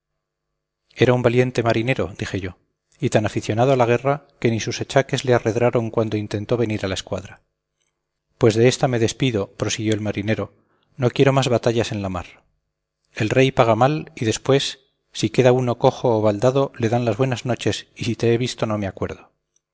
era un valiente marinero dije yo y tan aficionado a la guerra que ni sus achaques le arredraron cuando intentó venir a la escuadra pues de ésta me despido prosiguió el marinero no quiero más batallas en la mar el rey paga mal y después si queda uno cojo o baldado le dan las buenas noches y si te he visto no me acuerdo